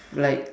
like